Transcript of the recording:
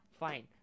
fine